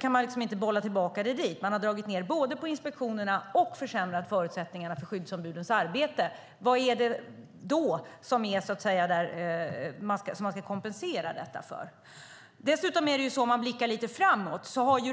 kan man liksom inte bolla tillbaka det dit. Man har både dragit ned på inspektionerna och försämrat förutsättningarna för skyddsombudens arbete. Hur ska man, så att säga, kompensera detta? Man kan blicka lite framåt.